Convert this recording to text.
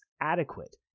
adequate